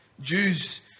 Jews